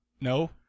No